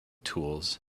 tools